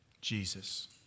Jesus